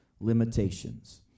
limitations